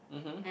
mmhmm